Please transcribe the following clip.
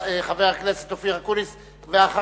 חבר הכנסת אופיר אקוניס, בבקשה.